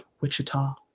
Wichita